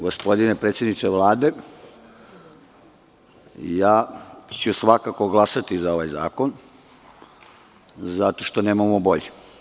Gospodine predsedniče Vlade, ja ću svakako glasati za ovaj zakon zato što nemamo bolji.